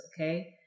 okay